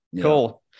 Cool